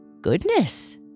Goodness